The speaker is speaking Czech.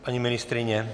Paní ministryně?